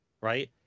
right